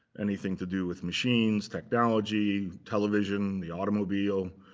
anything to do with machines, technology, television, the automobile,